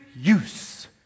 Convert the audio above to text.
use